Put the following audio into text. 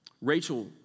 Rachel